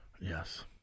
Yes